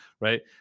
right